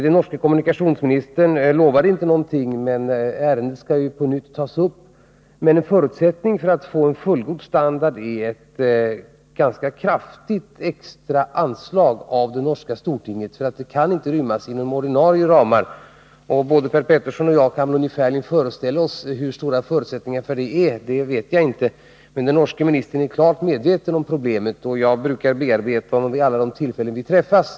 Den norske kommunikationsministern lovade inte någonting, men ären Nr 81 det skall ju på nytt tas upp. En förutsättning för att vägen skall få fullgod Tisdagen den standard är emellertid ett ganska kraftigt extra anslag från det norska 17 februari 1981 stortinget, för kostnaderna kan inte rymmas inom ordinarie ramar. Både Per Petersson och jag kan väl ungefärligen föreställa oss hur stora förutsättning Om efterlevnaden arna härvidlag är. Jag vet naturligtvis inte exakt hur det ligger till, men den — qv 1979 års trafiknorske kommunikationsministern är klart medveten om problemet, och jag brukar bearbeta honom vid alla de tillfällen då vi träffas.